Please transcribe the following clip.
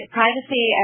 privacy